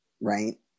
right